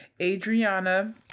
Adriana